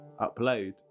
upload